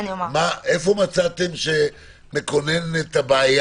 איפה נמצאת הבעיה?